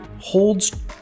holds